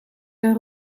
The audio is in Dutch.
een